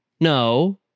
no